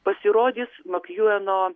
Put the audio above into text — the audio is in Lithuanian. pasirodys makjueno